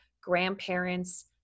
grandparents